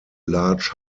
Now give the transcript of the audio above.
large